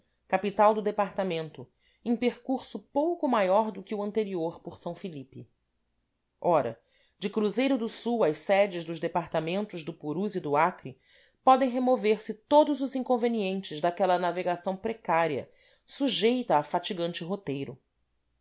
capital do departamento em percurso pouco maior do que o anterior por s felipe ora de cruzeiro do sul às sedes dos departamentos do purus e do acre podem remover se todos os inconvenientes daquela navegação precária sujeita a fatigante roteiro